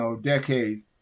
decades